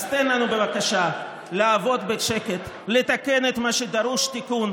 אז תן לנו בבקשה לעבוד בשקט ולתקן את מה שדרוש תיקון,